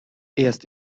erst